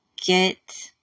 get